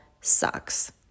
sucks